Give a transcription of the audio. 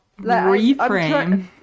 reframe